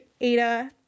Ada